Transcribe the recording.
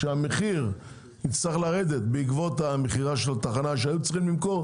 וכשהמחיר יצטרך לרדת בעקבות מכירת התחנה,